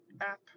app